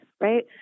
right